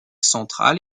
centrale